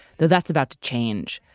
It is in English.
though that's about to change.